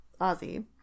Ozzy